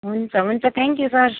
हुन्छ हुन्छ thank you sir